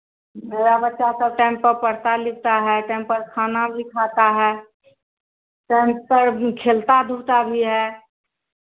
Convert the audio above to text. मेरा बच्चा सब टाइम पर पढ़ता लिखता है टाइम पर खाना भी खाता है टाइम पर खेलता धूपता भी है